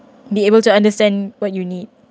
be able to understand what you need